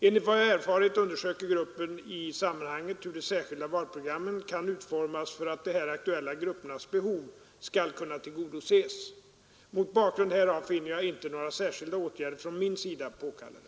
Enligt vad jag erfarit undersöker gruppen i sammanhanget hur de särskilda valprogrammen kan utformas för att de här aktuella gruppernas behov skall kunna tillgodoses. Mot bakgrund härav finner jag inte några särskilda åtgärder från min sida påkallade.